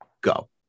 go